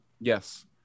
Yes